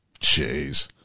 Jeez